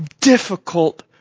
difficult